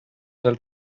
del